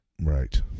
Right